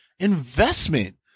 investment